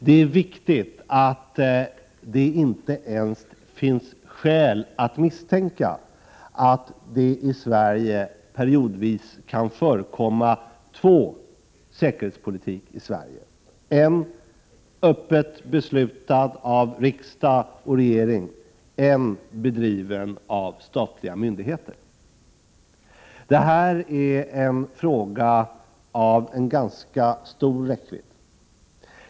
Det är viktigt att det inte ens finns skäl att misstänka att det i Sverige periodvis kan förekomma två slags säkerhetspolitik — en öppet beslutad av riksdag och regering, en bedriven av statliga myndigheter. Detta är en fråga av stor räckvidd.